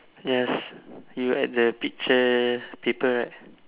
yes you at the pictures paper right